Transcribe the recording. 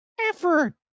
Effort